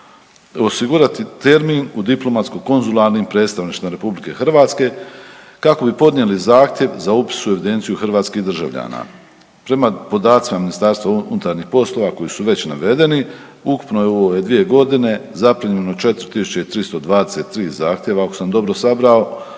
osigurati termin u diplomatsko-konzularnim predstavništvima RH kako bi podnijeli zahtjev za upis u evidenciju hrvatskih državljana. Prema podacima MUP-a koji su već navedeni ukupno je u ove dvije godine zaprimljeno 4.323 zahtjeva ako sam dobro sabrao,